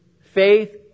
faith